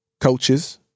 coaches